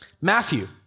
Matthew